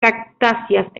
cactáceas